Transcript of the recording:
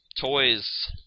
Toys